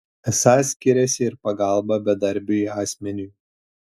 esą skiriasi ir pagalba bedarbiui asmeniui